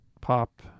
pop